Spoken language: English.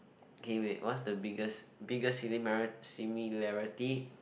okay wait what's the biggest biggest similar similarity